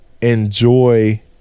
enjoy